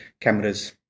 cameras